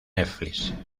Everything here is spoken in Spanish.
netflix